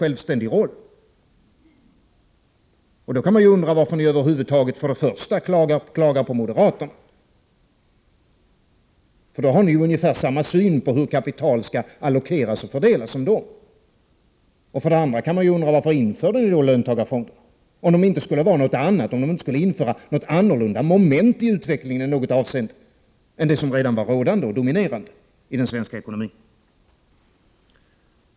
I så fall kan man för det första undra varför ni över huvud taget klagar på moderaterna, eftersom ni då har ungefär samma syn på hur kapitalet skall allokeras och fördelas som moderaterna. För det andra kan man undra varför ni införde löntagarfonderna, om de inte skulle vara något annat, om de inte skulle medföra att det kom in ett annorlunda moment i utvecklingen i något avseende än det som redan var rådande och dominerande i den svenska ekonomin.